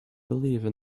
believe